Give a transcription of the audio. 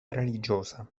religiosa